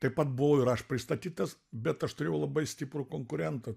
taip pat buvau ir aš pristatytas bet aš turėjau labai stiprų konkurentą